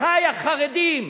אחי החרדים,